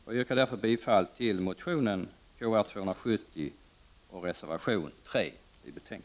Jag yrkar därför bifall till reservation 3, vilket innebär bifall till motion Kr270.